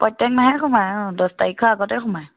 প্ৰত্যেক মাহে সোমাই অ' দহ তাৰিখৰ আগতে সোমাই